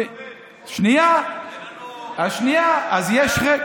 על מה הוא מדבר?